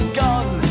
gone